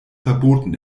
verboten